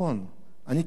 אני כמעט בטוח.